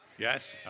Yes